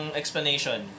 explanation